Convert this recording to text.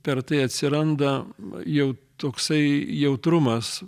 per tai atsiranda jau toksai jautrumas